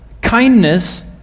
kindness